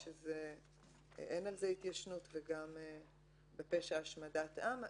שאין על זה התיישנות וגם בפשע השמדת עם.